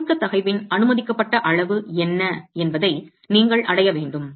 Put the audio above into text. எனவே சுருக்க தகைவின் அனுமதிக்கப்பட்ட அளவு என்ன என்பதை நீங்கள் அடைய வேண்டும்